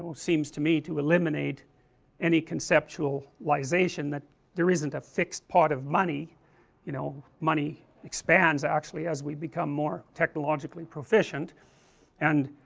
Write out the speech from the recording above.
seems to me to eliminate any conceptualization that there isn't a fixed pot of money you know money expands actually, as we become more technologically proficient and,